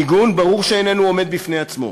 המיגון, ברור שאיננו עומד בפני עצמו,